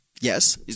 yes